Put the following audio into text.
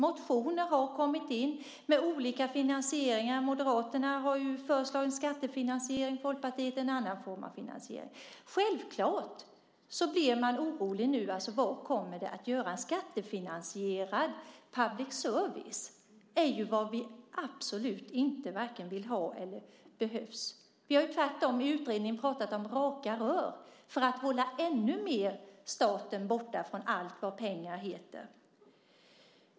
Motioner har kommit med olika finansieringar. Moderaterna har föreslagit en skattefinansiering och Folkpartiet en annan form av finansiering. Självklart blir man nu orolig. Ett skattefinansierat public service vill vi absolut inte ha och det behövs inte. Vi har tvärtom i utredningen talat om raka rör för att hålla staten ännu mer borta från allt vad pengar heter.